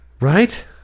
Right